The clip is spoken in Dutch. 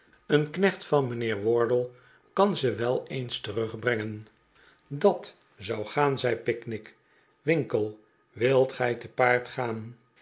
een knecht van mijnheer wardle kan ze wel eens terugbrengen dat zou gaan zei pickwick winkle wilt gij te paard gaan